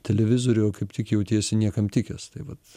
televizorių o kaip tik jautiesi niekam tikęs tai vat